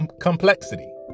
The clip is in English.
complexity